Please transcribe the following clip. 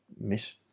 miss